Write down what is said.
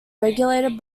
regulated